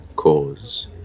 Cause